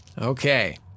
okay